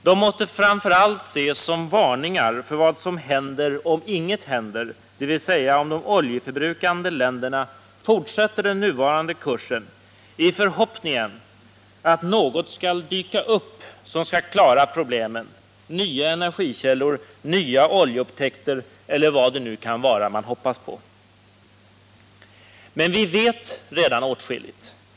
De måste framför allt ses som varningar för vad som händer om inget händer, dvs. om de oljeförbrukande länderna fortsätter den nuvarande kursen i förhoppningen att något skall dyka upp som skall klara problemen — nya energikällor, nya oljeupptäckter eller vad det nu kan vara man hoppas på. Men vi vet redan åtskilligt.